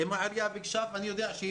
אם העירייה ביקשה ואני יודע שהיא